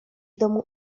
domu